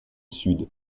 sud